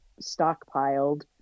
stockpiled